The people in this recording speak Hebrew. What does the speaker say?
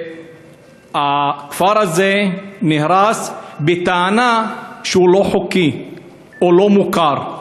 הכפר הזה נהרס בטענה שהוא לא חוקי או לא מוכר.